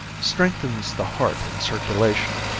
strengthens the heart and circulation,